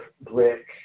brick